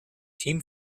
team